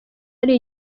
hari